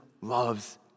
loves